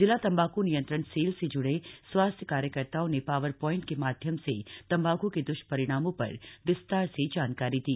जिला तम्बाक् नियंत्रण सेल से जुड़े स्वास्थ्य कार्यकर्ताओं ने पावर प्वाइंट के माध्यम से तम्बाकू के द्ष्परिणामों पर विस्तार से जानकारी दी